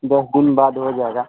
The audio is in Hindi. दस दिन बाद हो जाएगा